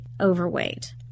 overweight